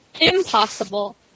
impossible